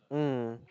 hmm